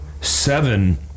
seven